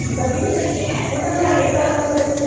भगिनी पुनः एकवारं वदतु